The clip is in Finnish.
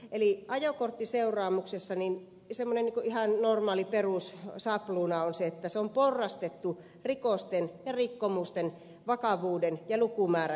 eli ajokorttiseuraamuksessa semmoinen ihan normaali perussapluuna on se että se on porrastettu rikosten ja rikkomusten vakavuuden ja lukumäärän mukaisesti